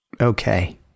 Okay